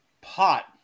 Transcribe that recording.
pot